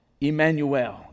Emmanuel